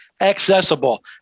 accessible